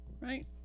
Right